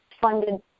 funded